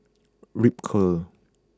Ripcurl